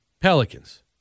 Pelicans